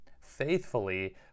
Faithfully